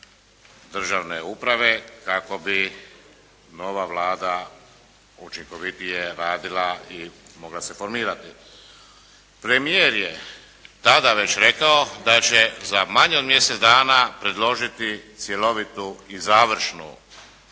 državne uprave kako bi nova Vlada učinkovitije radila i mogla se formirati. Premijer je tada već rekao da će za manje od mjesec dana predložiti cjelovitu i završnu